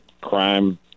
crime